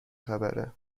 خبره